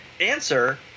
answer